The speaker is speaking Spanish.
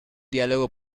diálogo